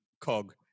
cog